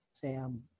Sam